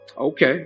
Okay